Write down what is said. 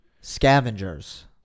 Scavengers